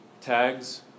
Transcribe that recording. tags